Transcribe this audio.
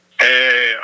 Hey